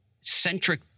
centric